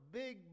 big